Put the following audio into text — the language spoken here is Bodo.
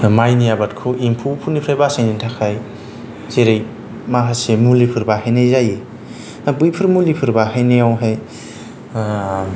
माइनि आबादखौ एम्फौफोरनिफ्राय बासायनो थाखाय जेरै माखासे मुलिफोर बाहायनाय जायो बैफोर मुलिफोर बाहायनायावहाय